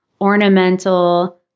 ornamental